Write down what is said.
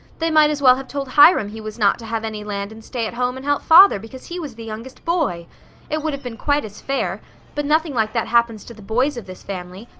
they might as well have told hiram he was not to have any land and stay at home and help father because he was the youngest boy it would have been quite as fair but nothing like that happens to the boys of this family,